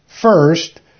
First